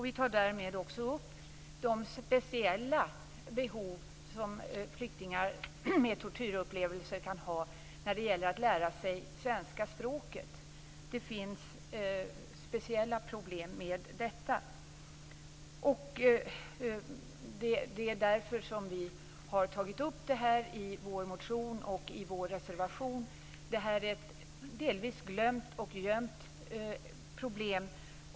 Vi tar därmed också upp de speciella behov som flyktingar med tortyrupplevelser kan ha när det gäller att lära sig svenska språket. Det finns speciella problem med detta. Det är därför som vi har tagit upp det här i vår motion och i vår reservation. Det här är ett delvis glömt och gömt problem.